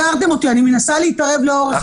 מראש.